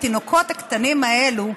התינוקות הקטנים האלה,